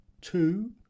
two